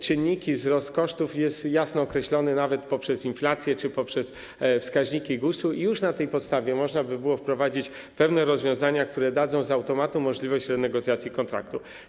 Czynniki, wzrost kosztów są jasno określone, nawet poprzez inflację czy poprzez wskaźniki GUS-u, i już na tej podstawie można by było wprowadzić pewne rozwiązania, które z automatu dadzą możliwość renegocjacji kontraktu.